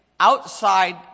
outside